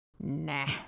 Nah